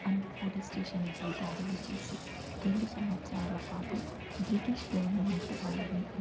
అన్ని పోలీస్ స్టేషనల పై దాడులు చేసి రెండు సంవత్సరాల పాటు బ్రిటిష్ గవర్నమెంట్ వారిని